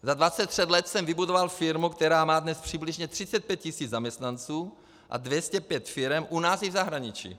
Za 23 let jsem vybudoval firmu, která má dnes přibližně 35 tisíc zaměstnanců a 205 firem u nás i v zahraničí.